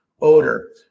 ODOR